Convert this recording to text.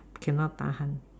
cannot tahan